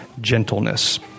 gentleness